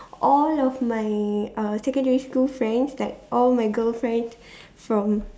all of my uh secondary school friends like all my girl friends from